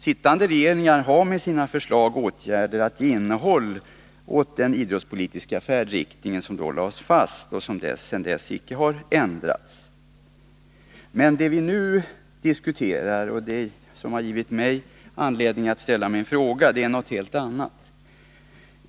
Sittande regeringar har att med sina förslag och åtgärder ge innehåll åt den idrottspolitiska färdriktning som då lades fast och som sedan dess icke har ändrats. Men det vi nu diskuterar — och som har föranlett mig att framställa en fråga — är något helt annat.